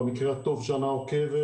במקרה הטוב שנה עוקבת.